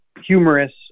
humorous